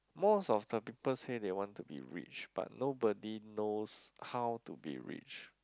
most of the people say they want to be rich but nobody knows how to be rich